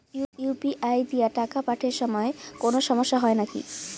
UPI দিয়া টাকা পাঠের সময় কোনো সমস্যা হয় নাকি?